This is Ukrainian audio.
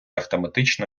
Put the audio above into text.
автоматично